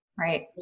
Right